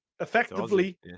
effectively